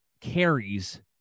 carries